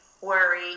worry